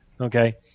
Okay